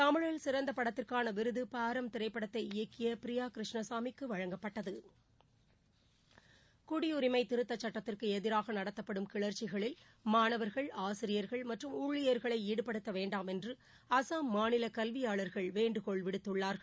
தமிழில் சிறந்த படத்திற்கான விருது பாரம் திரைப்படத்தை இயக்கிய பிரியா கிருஷ்ணசாமிக்கு வழங்கப்பட்டது குடியரிமை திருத்த சுட்டத்திற்கு எதிராக நடத்தப்படும் கிளர்ச்சிகளில் மாணவர்கள் ஆசிரியர்கள் மற்றும் ஊழியர்களை ஈடுபடுத்த வேண்டாம் என்று அஸ்ஸாம் மாநில கல்வியாளர்கள் வேண்டுகோள் விடுத்துள்ளார்கள்